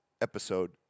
episode